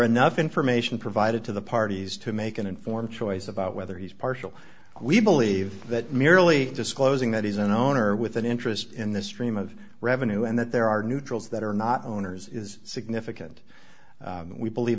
enough information provided to the parties to make an informed choice about whether he's partial we believe that merely disclosing that he's an owner with an interest in this stream of revenue and that there are neutrals that are not owners is significant we believe